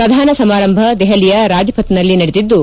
ಪ್ರಧಾನ ಸಮಾರಂಭ ದೆಪಲಿಯ ರಾಜ್ಪಥ್ನಲ್ಲಿ ನಡೆದಿದ್ದು